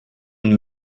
und